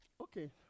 Okay